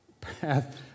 path